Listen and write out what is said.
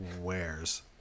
wears